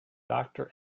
doctor